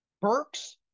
Burks